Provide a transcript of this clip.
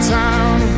town